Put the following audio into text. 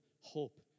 hope